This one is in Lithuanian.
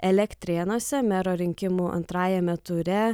elektrėnuose mero rinkimų antrajame ture